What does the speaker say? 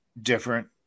different